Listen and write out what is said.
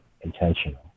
intentional